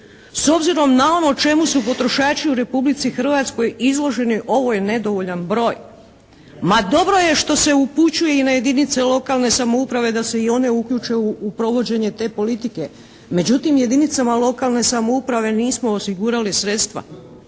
S obzirom na ono čemu su potrošači u Republici Hrvatskoj izloženi ovo je nedovoljan broj. Ma dobro je što se upućuje i na jedinice lokalne samouprave da se i one uključe u provođenje te politike. Međutim, jedinicama lokalne samouprave nismo osigurali sredstva.